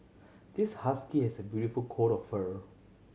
this husky has a beautiful coat of fur